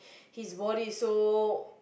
his body is so